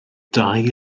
dau